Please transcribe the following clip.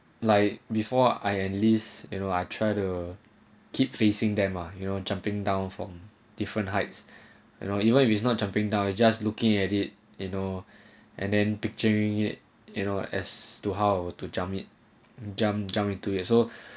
like before I enlist you know I try to keep facing them or you know jumping down from different heights you know even if it's not jumping down just looking at it you know and then picturing it you know as to how to jamp it jump jump into ya so